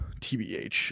TBH